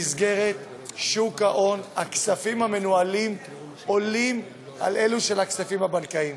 הכספים המנוהלים במסגרת שוק ההון עולים על הכספים הבנקאיים.